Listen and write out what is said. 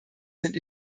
sind